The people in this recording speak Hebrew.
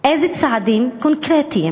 על צעדים קונקרטיים